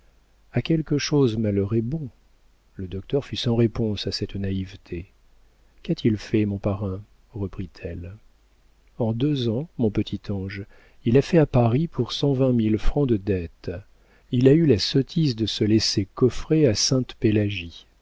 a quelque chose malheur est bon le docteur fut sans réponse à cette naïveté qu'a-t-il fait mon parrain reprit-elle en deux ans mon petit ange il a fait à paris pour cent vingt mille francs de dettes il a eu la sottise de se laisser coffrer à sainte-pélagie